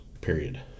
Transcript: period